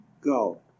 go